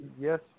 yes